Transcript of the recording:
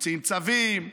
מוציאים צווים,